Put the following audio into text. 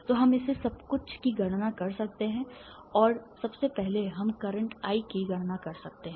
तो हम इससे सब कुछ की गणना कर सकते हैं जो सबसे पहले हम करंट I की गणना कर सकते हैं